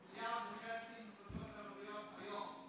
מיליארד וחצי למועצות הערביות היום.